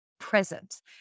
present